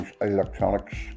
electronics